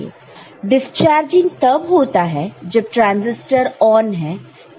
discharging तब होता है जब ट्रांसिस्टर ऑन है